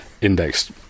indexed